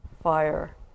fire